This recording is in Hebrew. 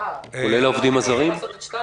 כולל העובדים הזרים?